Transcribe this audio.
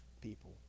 people